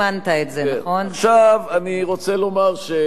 עכשיו אני רוצה לומר שמחבר הכנסת אגבאריה,